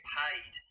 paid